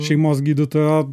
šeimos gydytojo